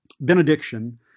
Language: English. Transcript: Benediction